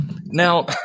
Now